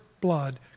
blood